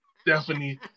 stephanie